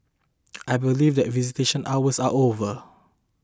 I believe that visitation hours are over